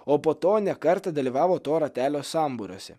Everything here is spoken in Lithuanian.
o po to ne kartą dalyvavo to ratelio sambūriuose